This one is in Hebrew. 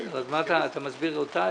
בסדר, אז אתה מסביר אותה?